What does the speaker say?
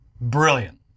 Brilliant